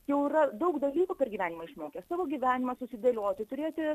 jau yra daug dalykų per gyvenimą išmokęs savo gyvenimą susidėlioti turėti